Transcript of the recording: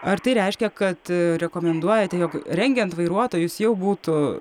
ar tai reiškia kad rekomenduojate jog rengiant vairuotojus jau būtų